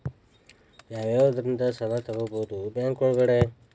ಯಾವ್ಯಾವುದರಿಂದ ಸಾಲ ತಗೋಬಹುದು ಬ್ಯಾಂಕ್ ಒಳಗಡೆ?